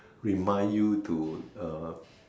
remind you to uh